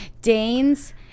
Danes